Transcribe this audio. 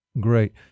Great